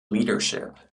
leadership